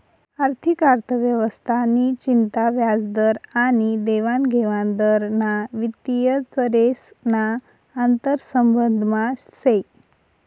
आर्थिक अर्थव्यवस्था नि चिंता व्याजदर आनी देवानघेवान दर ना वित्तीय चरेस ना आंतरसंबंधमा से